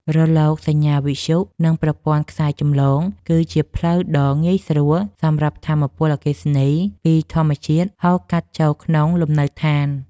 រលកសញ្ញាវិទ្យុ និងប្រព័ន្ធខ្សែចម្លងគឺជាផ្លូវដ៏ងាយស្រួលសម្រាប់ថាមពលអគ្គិសនីពីធម្មជាតិហូរកាត់ចូលក្នុងលំនៅដ្ឋាន។